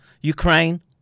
Ukraine